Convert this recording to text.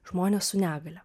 žmones su negalia